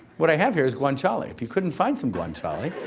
what i have here is guanchiale. if you couldn't find some guanchiale